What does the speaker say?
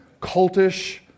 cultish